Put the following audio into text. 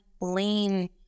lean